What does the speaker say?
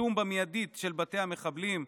איטום במיידית של בתי המחבלים,